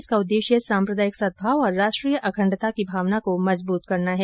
इसका उद्देश्य सांप्रदायिक सद्भाव और राष्ट्रीय अखंडता की भावना को मजबूत करना है